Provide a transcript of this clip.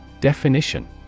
Definition